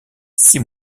six